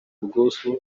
ubwuzu